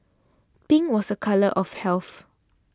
pink was a colour of health